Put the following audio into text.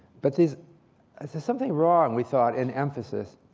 but there's something wrong, we thought, in emphasis.